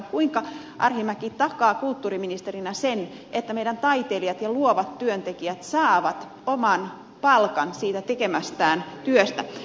kuinka arhinmäki takaa kulttuuriministerinä sen että meidän taiteilijat ja luovat työntekijät saavat oman palkan siitä tekemästään työstä